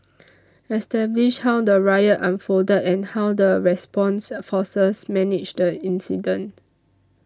establish how the riot unfolded and how the response forces managed the incident